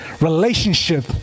relationship